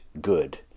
good